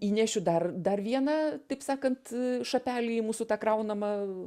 įnešiu dar dar vieną taip sakant šapelį į mūsų tą kraunamą